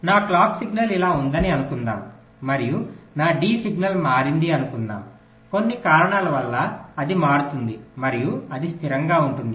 నా clock signal ఇలా ఉందని అనుకుందాం మరియు నా డి సిగ్నల్ మారింది అనుకుందాము కొన్ని కారణాల వల్ల అది మారుతుంది మరియు అది స్థిరంగా ఉంటుంది